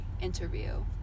interview